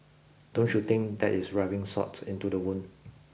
don't you think that is rubbing salt into the wound